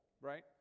right